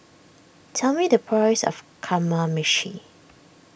tell me the price of Kamameshi